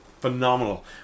Phenomenal